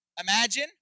Imagine